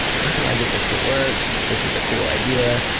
how do i get this to work? this is a cool idea.